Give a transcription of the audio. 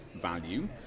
value